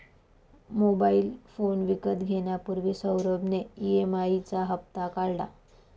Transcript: mobile phone विकत घेण्यापूर्वी सौरभ ने ई.एम.आई चा हप्ता काढला